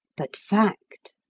but fact.